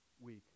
week